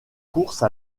course